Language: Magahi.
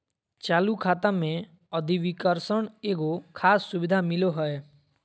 चालू खाता मे अधिविकर्षण एगो खास सुविधा मिलो हय